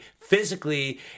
physically